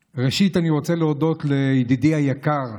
ראשית, אני רוצה להודות לידידי היקר,